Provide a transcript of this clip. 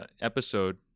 episode